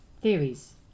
theories